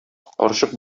карчык